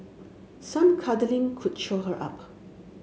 some cuddling could cheer her up